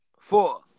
four